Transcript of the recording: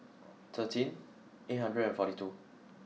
thirteen eight hundred and forty two